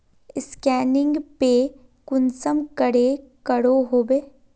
Scanning पे कुंसम करे करो होबे?